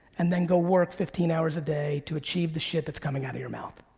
and then go work fifteen hours a day to achieve the shit that's coming out of your mouth.